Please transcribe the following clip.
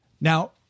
Now